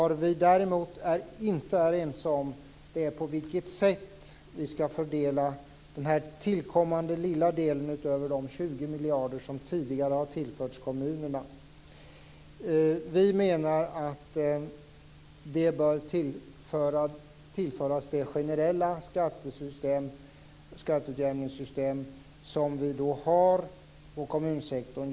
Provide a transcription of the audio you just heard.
Vad vi däremot inte är ense om är på vilket sätt vi skall fördela den tillkommande lilla delen utöver de 20 miljarder som tidigare har tillförts kommunerna. Vi menar att den bör tillföras det generella skatteutjämningssystem som vi har på kommunsektorn.